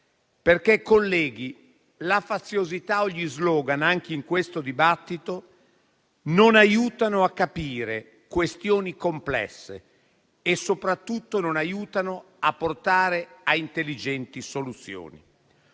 Colleghi, la faziosità o gli *slogan*, anche in questo dibattito, non aiutano a capire questioni complesse e soprattutto non aiutano a portare a intelligenti soluzioni.